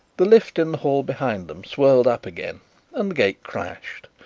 the lift in the hall behind them swirled up again and the gate clashed.